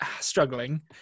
struggling